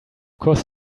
course